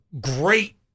Great